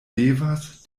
devas